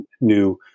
new